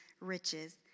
riches